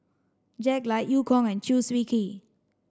Jack Lai Eu Kong and Chew Swee Kee